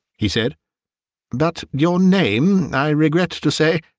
he said but your name, i regret to say